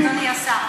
אדוני השר.